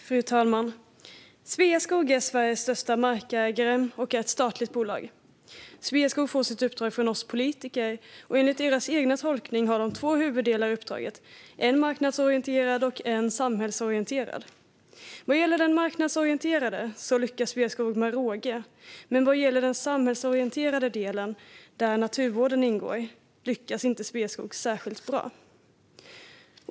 Fru talman! Sveaskog är Sveriges största markägare och är ett statligt bolag. Sveaskog får sitt uppdrag från oss politiker, och enligt deras egen tolkning har uppdraget två huvuddelar: en marknadsorienterad och en samhällsorienterad. Vad gäller den marknadsorienterade delen lyckas Sveaskog med råge, men vad gäller den samhällsorienterade delen där naturvården ingår lyckas inte Sveaskog särskilt bra.